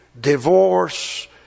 divorce